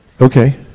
Okay